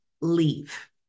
leave